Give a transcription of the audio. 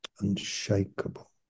unshakable